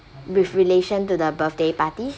with relation to the birthday party